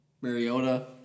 Mariota